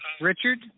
Richard